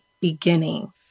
beginning